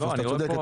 אתה צודק,